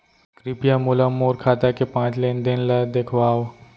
कृपया मोला मोर खाता के पाँच लेन देन ला देखवाव